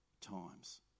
times